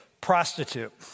prostitute